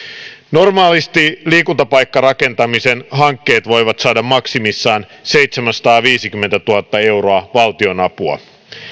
normaalisti liikuntapaikkarakentamisen hankkeet voivat saada maksimissaan seitsemänsataaviisikymmentätuhatta euroa valtionapua